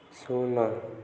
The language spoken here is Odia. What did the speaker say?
ଶୂନ